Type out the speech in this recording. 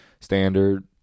standard